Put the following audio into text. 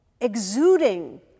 exuding